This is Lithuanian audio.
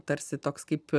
tarsi toks kaip